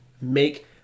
make